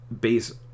Base